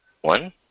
One